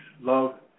love